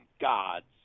gods